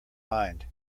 mind